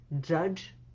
judge